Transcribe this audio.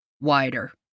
Wider